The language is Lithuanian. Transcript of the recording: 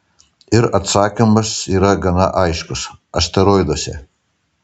ir atsakymas yra gana aiškus asteroiduose